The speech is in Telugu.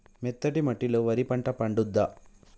మెత్తటి మట్టిలో వరి పంట పండుద్దా?